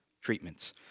treatments